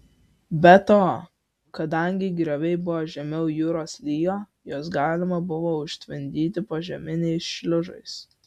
be to kadangi grioviai buvo žemiau jūros lygio juos galima buvo užtvindyti požeminiais šliuzais